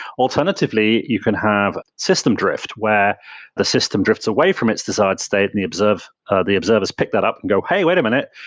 alternatively, you can have system drift where the system drifts away from its desired state and the observers ah the observers pick that up and go, hey, wait a minute.